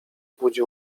budzi